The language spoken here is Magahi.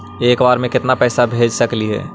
एक बार मे केतना पैसा भेज सकली हे?